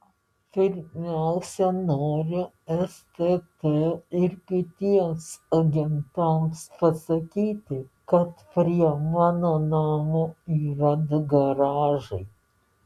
pirmiausia noriu stt ir kitiems agentams pasakyti kad prie mano namo yra du garažai